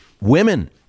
women